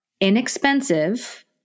inexpensive